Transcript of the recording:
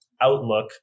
outlook